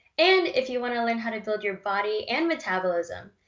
and if you wanna learn how to build your body and metabolism,